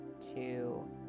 two